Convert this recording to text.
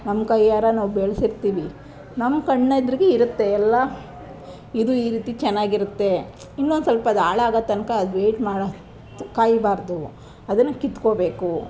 ನಮ್ಮ ಕೈಯ್ಯಾರ ನಾವು ಬೆಳೆಸಿರ್ತೀವಿ ನಮ್ಮ ಕಣ್ಣು ಎದುರಿಗೆ ಇರುತ್ತೆ ಎಲ್ಲ ಇದು ಈ ರೀತಿ ಚೆನ್ನಾಗಿರುತ್ತೆ ಇನ್ನೊಂದು ಸ್ವಲ್ಪ ಅದು ಹಾಳಾಗೋ ತನಕ ವೇಟ್ ಮಾಡಿ ಕಾಯಬಾರ್ದು ಅದನ್ನು ಕಿತ್ಕೊಳ್ಬೇಕು